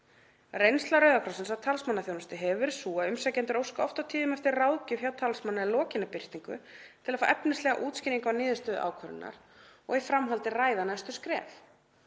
Reynsla Rauða krossins af talsmannaþjónustu hefur verið sú að umsækjendur óska oft á tíðum eftir ráðgjöf hjá talsmanni að lokinni birtingu til að fá efnislega útskýringu á niðurstöðu ákvörðunar og í framhaldi að ræða næstu skref.